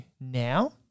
now